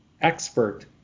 expert